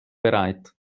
bereit